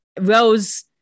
Rose